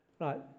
Right